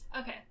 Okay